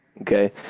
okay